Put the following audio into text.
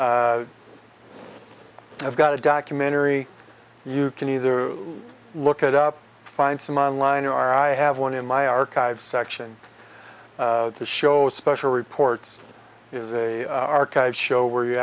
i've got a documentary you can either look at up find some on line or i have one in my archive section to show special reports is a archive show where you